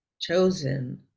chosen